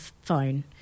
phone